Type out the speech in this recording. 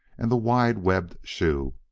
and the wide-webbed shoe,